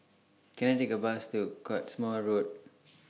Can I Take A Bus to Cottesmore Road